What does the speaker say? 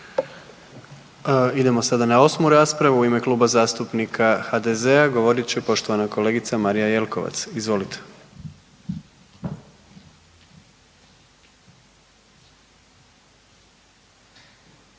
Idemo sada na osmu raspravu u ime Kluba zastupnika HDZ-a govorit će poštovana kolegica Marija Jelkovac. Izvolite.